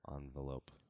Envelope